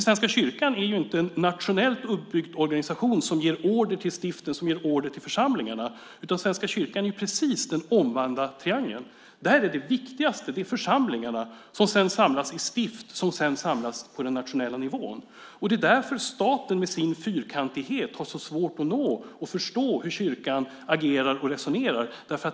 Svenska kyrkan är ju inte en nationellt uppbyggd organisation som ger order till stiften, som ger order till församlingarna. Svenska kyrkan är precis den omvända triangeln. Det viktigaste är församlingarna som sedan samlas i stift som i sin tur samlas på den nationella nivån. Det är därför staten med sin fyrkantighet har så svårt att nå och förstå hur kyrkan agerar och resonerar.